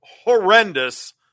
horrendous